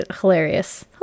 hilarious